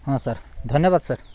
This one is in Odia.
ହଁ ସାର୍ ଧନ୍ୟବାଦ୍ ସାର୍